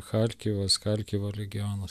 charkivas charkivo regionas